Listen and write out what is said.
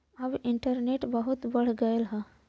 अब इन्टरनेट बहुते बढ़ गयल हौ